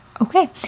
Okay